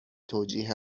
توجیه